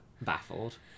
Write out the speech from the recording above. baffled